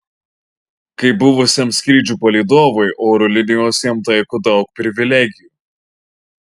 kaip buvusiam skrydžių palydovui oro linijos jam taiko daug privilegijų